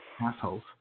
assholes